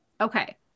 Okay